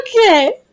Okay